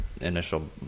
initial